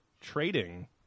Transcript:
trading